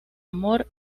amor